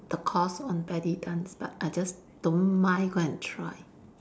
the course on belly dance but I just don't mind go and try